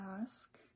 ask